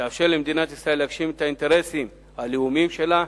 תאפשר למדינת ישראל להגשים את האינטרסים הלאומיים שלה,